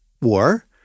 war